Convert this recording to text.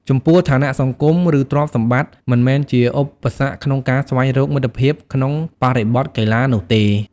ចំពោះ ឋានៈសង្គម ឬទ្រព្យសម្បត្តិមិនមែនជាឧបសគ្គក្នុងការស្វែងរកមិត្តភាពក្នុងបរិបថកីឡានោះទេ។